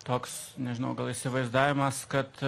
toks nežinau gal įsivaizdavimas kad